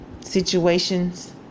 situations